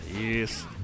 Yes